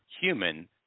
human